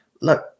look